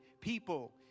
people